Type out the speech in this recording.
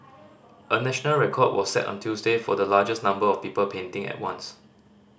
a national record was set on Tuesday for the largest number of people painting at once